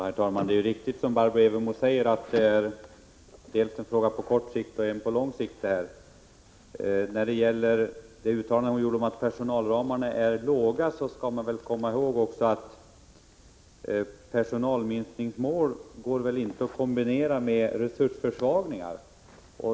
Herr talman! Det är riktigt som Barbro Evermo säger, att detta är en fråga dels på kort sikt, dels på lång sikt. När det gäller hennes uttalande om att personalramarna är låga skall man väl komma ihåg att personalminskningsmål inte går att kombinera med resursförsvagningar.